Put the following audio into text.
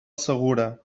segura